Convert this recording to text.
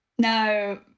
No